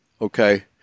okay